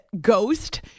Ghost